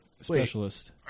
specialist